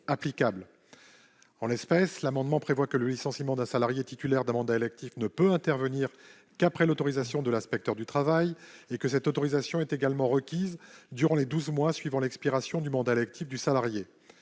En l'espèce, l'amendement tend à ce que le licenciement d'un salarié titulaire d'un mandat électif ne puisse intervenir qu'après autorisation de l'inspecteur du travail, et à ce que cette autorisation soit également requise durant les douze mois suivant l'expiration du mandat du salarié.